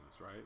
right